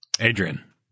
Adrian